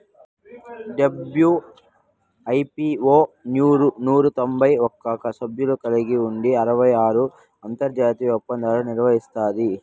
WIPO నూరు తొంభై ఒక్క సభ్యదేశాలు కలిగి ఉండి ఇరవై ఆరు అంతర్జాతీయ ఒప్పందాలు నిర్వహిస్తాది